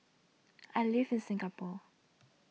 I live in Singapore